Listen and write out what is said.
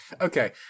Okay